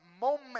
moment